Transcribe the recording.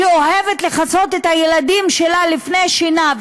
שאוהבת לכסות את הילדים שלה לפני השינה,